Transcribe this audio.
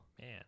Man